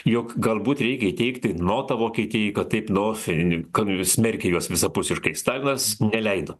jog galbūt reikia įteikti notą vokietijai kad taip nu kad smerkė juos visapusiškai stalinas neleido